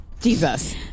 Jesus